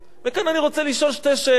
וכאן אני רוצה לשאול שתי שאלות: